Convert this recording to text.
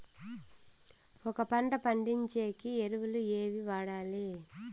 ఒక పంట పండించేకి ఎరువులు ఏవి వాడాలి?